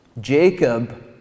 Jacob